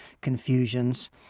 confusions